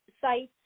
sites